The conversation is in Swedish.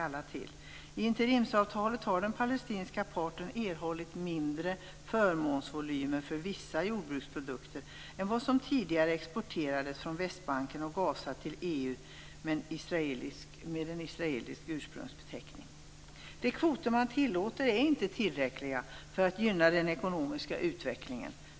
I interimsavtalet har den palestinska parten erhållit mindre förmånsvolymer för vissa jordbruksprodukter än de som tidigare exporterades från Västbanken och De kvoter man tillåter är inte tillräckliga för att gynna den ekonomiska utvecklingen.